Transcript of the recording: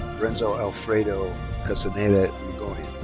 renzzo alfredo castaneda